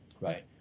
right